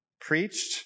preached